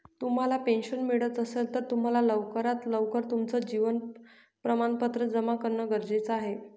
तुम्हाला पेन्शन मिळत असेल, तर तुम्हाला लवकरात लवकर तुमचं जीवन प्रमाणपत्र जमा करणं गरजेचे आहे